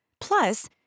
Plus